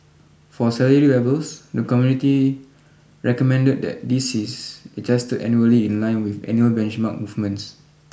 for salary levels the committee recommended that this is adjusted annually in line with annual benchmark movements